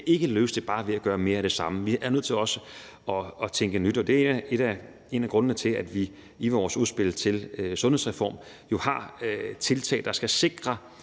ikke løse det bare ved at gøre mere af det samme; vi er nødt til også at tænke nyt. Og det er en af grundene til, at vi i vores udspil til en sundhedsreform jo har tiltag, der skal sikre,